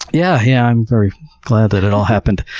yeah yeah. i'm very glad that it all happened.